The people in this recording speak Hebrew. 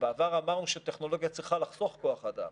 בעבר אמרנו שטכנולוגיה צריכה לחסוך כוח אדם,